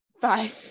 Bye